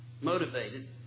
motivated